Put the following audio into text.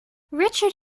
richard